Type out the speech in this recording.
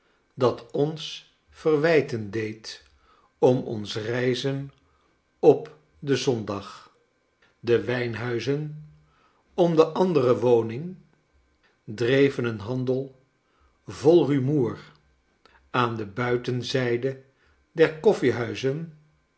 dat ons verwijten deed om ons reizen op den zondag de wijnhuizen om de andere woning dreven een handel vol rumoer aan de buitenzijde